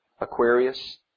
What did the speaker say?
Aquarius